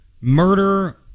murder